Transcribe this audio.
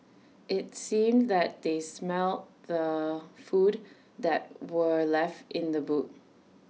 IT seemed that they smelt the food that were left in the boot